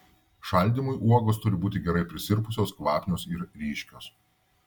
šaldymui uogos turi būti gerai prisirpusios kvapnios ir ryškios